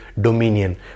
dominion